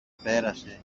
πέρασε